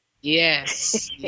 yes